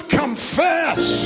confess